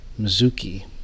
Mizuki